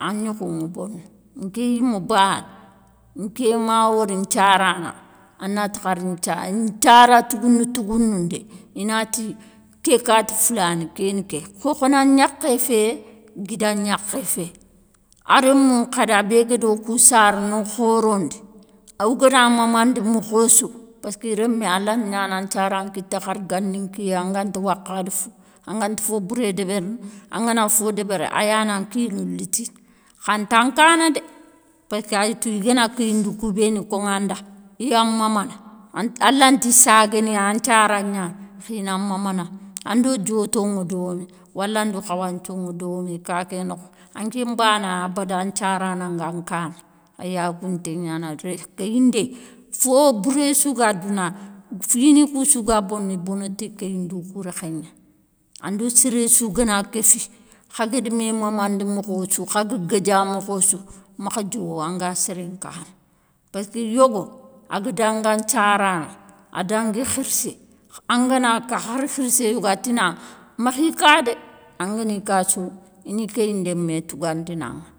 a gnokhou ŋa bono, nké yimé bana nké ma wori nthiarana a na ti hari nthia, nthiarana tougouni, tougouni ndé, i nati ké kati foulani ké ni ké khokhona gnakhé fé, guida gnakhé fé, a rémou nkhadi a bé gado kou sara no khorondi, o gana mamandi mokhossou, passki reme a lanta ganan an thiarna nkité hara gani nkiyé angata wakhada fi, anganta fo bouré débérini, angana fo bouré débéri a yana nkilou litini, khanta nkana dé. Paské ayatou i gana kéyindou kou béni koŋanda i ya mamana, a lanti saganiya an thiara gnani khi na mamana. An do diotoŋa domé wala ndo khawanthio ŋa domé kaké nokho anké nbané yani abada, an thiarana ngan kana, a yagounté gnana dé. Kéyindé fo bouré sou ga douna, finou koussou ga bono i bono do ti kéyindou kou rékhé gna, ando séré sou gana kéfi, kha gada mé mamandi mokhossou khaga guédia mokhossou makha diowo anga séré nkana, paski yogo a ga danga nthiarana, a dangui khirsé, angana ka hari khirssé yogo a tina, makhi ka dé angani ka sou i ni kéyindé mé tougandi naŋa.